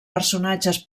personatges